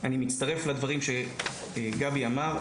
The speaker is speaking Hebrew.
אני מצטרף לדברים שגבי אמר,